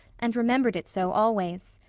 and remembered it so always.